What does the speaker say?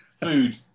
food